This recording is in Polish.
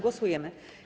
Głosujemy.